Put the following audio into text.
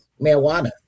marijuana